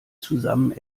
zusammen